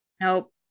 Nope